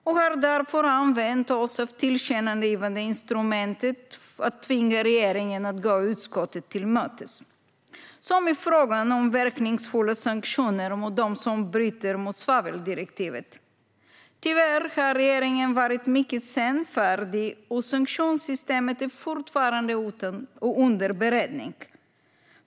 Vi har därför använt oss av tillkännagivandeinstrumentet för att tvinga regeringen att gå utskottet till mötes, till exempel i frågan om verkningsfulla sanktioner mot dem som bryter mot svaveldirektivet. Tyvärr har regeringen varit mycket senfärdig, och sanktionssystemet är fortfarande under beredning.